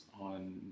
on